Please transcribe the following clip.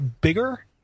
bigger